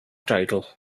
title